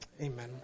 Amen